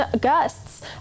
gusts